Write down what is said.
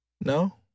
No